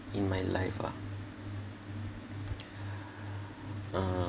in my life ah uh